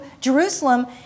Jerusalem